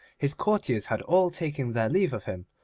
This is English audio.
his courtiers had all taken their leave of him,